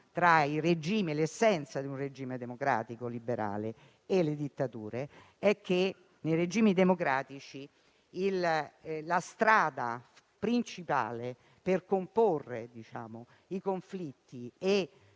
tra l'essenza di un regime democratico e liberale e le dittature è che nei regimi democratici la strada principale per comporre i conflitti è